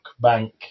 bank